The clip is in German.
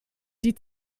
die